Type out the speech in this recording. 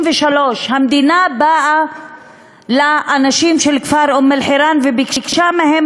המדינה באה לאנשים של אום-אלחיראן וביקשה מהם